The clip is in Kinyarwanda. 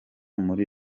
muri